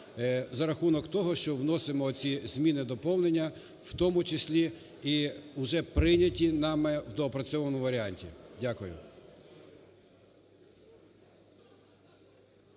за рахунок того, що вносимо оці зміни, доповнення, в тому числі і вже прийняті нами в доопрацьованому варіанті. Дякую.